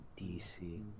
DC